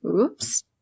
oops